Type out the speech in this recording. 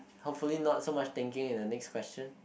hopefully not so much thinking in the next question